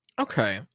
Okay